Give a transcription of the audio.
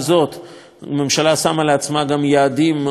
הממשלה שמה לעצמה גם יעדים שאפתניים